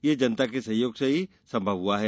यह जनता के सहयोग से ही संभव हआ है